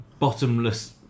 bottomless